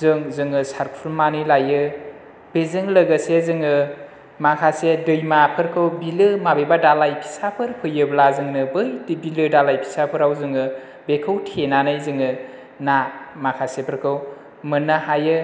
जों जोङो सारथुमनानै लायो बेजों लोगोसे जोङो माखासे दैमाफोरखौ बिलो माबेबा दालाइ फिसाफोर फैयोब्ला जोंनो बै दै बिलो दालाइ फिसाफोराव जोङो बेखौ थेनानै जोङो ना माखासेफोरखौ मोन्नो हायो